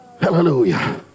Hallelujah